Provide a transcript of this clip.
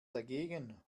dagegen